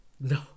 No